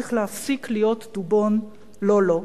צריך להפסיק להיות "דובון לֹאלֹא".